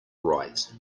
right